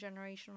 generational